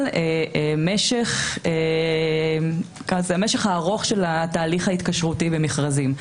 המשך הארוך של תהליך ההתקשרות במכרזים,